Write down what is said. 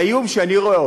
האיום שאני רואה,